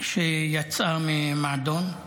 יצאה ממועדון,